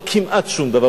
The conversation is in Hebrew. או כמעט שום דבר,